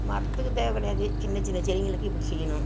மரத்துக்கு தேவை கிடையாது சின்ன சின்ன செடிங்களுக்கு இப்படி செய்யணும்